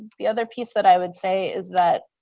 the other piece that i would say is that